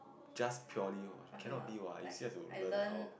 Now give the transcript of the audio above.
just purely cannot be what you still got to learn how